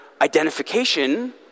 identification